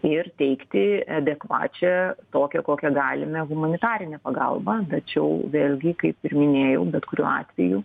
ir teikti adekvačią tokią kokią galime humanitarinę pagalbą tačiau vėlgi kaip ir minėjau bet kuriuo atveju